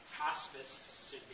Hospice